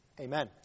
Amen